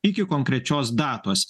iki konkrečios datos